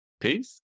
Peace